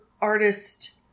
artist